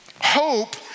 Hope